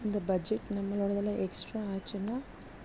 இந்த பட்ஜெட் நம்மளோடதில் எக்ஸ்ட்ரா ஆச்சுன்னா